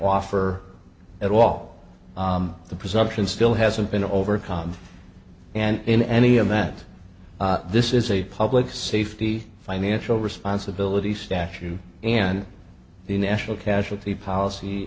offer at all the presumption still hasn't been overcome and in any of that this is a public safety financial responsibility statute and the national casualty policy